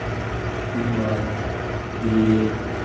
Mumbai Delhi